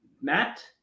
Matt